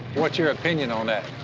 what's your opinion on that?